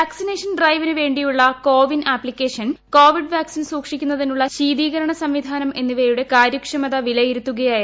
vaccination ഡ്രൈവിനു വേണ്ടിയുള്ള CoWIN application covid vaccine സൂക്ഷിക്കുന്നതിനുള്ള ശീതീകരണ സംവിധാനം എന്നിവയും കാര്യക്ഷമത വിലയിരുത്തുകയായിരുന്നു